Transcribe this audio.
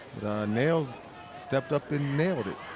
nails stepped up and nailed it.